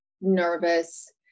nervous